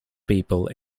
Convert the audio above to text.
people